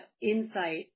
insight